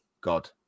god